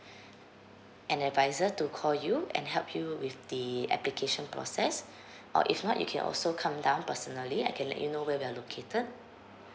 an advisor to call you and help you with the application process or if not you can also come down personally I can let you know where we are located